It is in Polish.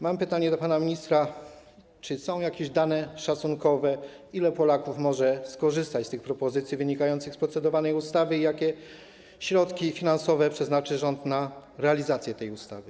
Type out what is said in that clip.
Mam pytanie do pana ministra: Czy są jakieś dane szacunkowe, ilu Polaków może skorzystać z tych propozycji wynikających z procedowanej ustawy i jakie środki finansowe przeznaczy rząd na realizację tej ustawy?